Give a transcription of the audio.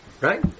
right